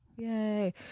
Yay